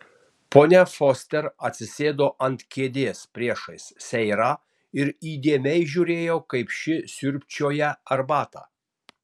ponia foster atsisėdo ant kėdės priešais seirą ir įdėmiai žiūrėjo kaip ši siurbčioja arbatą